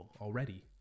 already